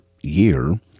year